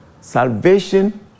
Salvation